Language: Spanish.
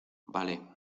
vale